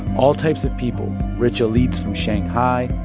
all types of people rich elites from shanghai,